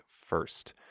first